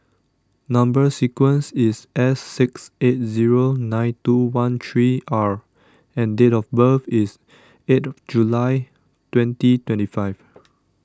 Number Sequence is S six eight zero nine two one three R and date of birth is eight July twenty twenty five